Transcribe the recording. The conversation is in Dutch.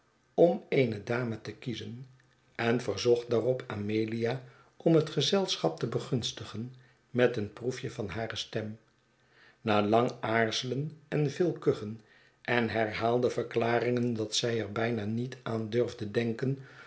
om eene dame te kiezen en verzocht daarop amelia om het gezelschap te begunstigen met een proefje van hare stem na lang aarzelen en veel kuchen en herhaalde verklaringen dat zij er bijna niet aan durfde denken